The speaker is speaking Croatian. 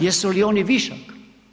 Jesu li oni višak?